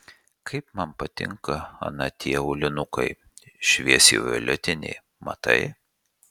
kaip man patinka ana tie aulinukai šviesiai violetiniai matai